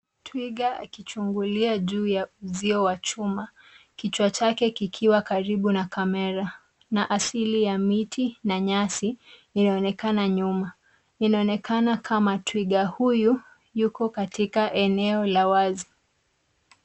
Twiga akichungulia juu ya uzuio wa chuma kichwa chake kikiwa karibu na kamera na asili ya miti na nyasi inaonekana nyuma inaonekana kama twiga huyu yuko katika eneo la wazi.